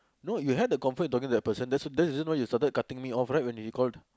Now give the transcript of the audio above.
no you had the comfort talking to that person that's that is why you started cutting me off right when he called